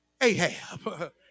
Ahab